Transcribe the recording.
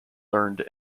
learned